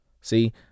See